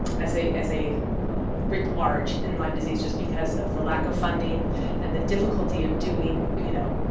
as a as a rit-large in lime disease just because of the lack of funding and the difficulty of doing, you know,